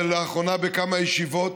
ולאחרונה בכמה ישיבות: